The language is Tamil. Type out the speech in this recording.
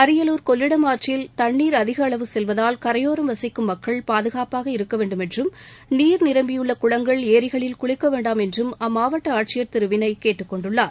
அரியலூர் கொள்ளிடம் ஆற்றில் தண்ணீர் அதிக அளவு செல்வதால் கரையோரம் வசிக்கும் மக்கள் பாதுகாப்பாக இருக்க வேண்டுமென்றும் நீர் நிரம்பியுள்ள குளங்கள் ஏரிகளில் குளிக்க வேண்டாம் என்றும் அம்மாவட்ட ஆட்சியர் திரு வினய் கேட்டுக் கொண்டுள்ளார்